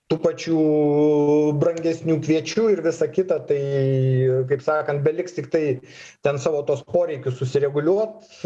tų pačių brangesnių kviečių ir visa kita tai kaip sakant beliks tiktai ten savo tuos poreikius susireguliuot